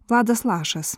vladas lašas